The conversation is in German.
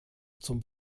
zum